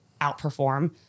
outperform